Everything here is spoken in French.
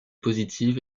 positive